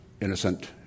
innocent